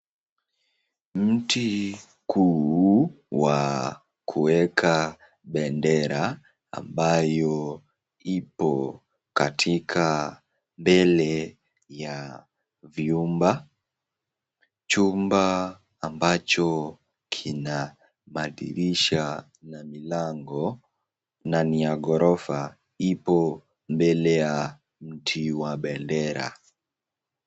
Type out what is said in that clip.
Mti kuu wa kuweka bendera ambayo ipo katika mbele ya vyumba chumba ambacho kina madirisha na milango na ni ya gorofa ipo mbele ya mti wa bendera.